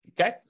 Okay